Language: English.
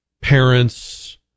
parents